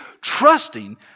trusting